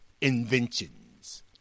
inventions